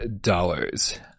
dollars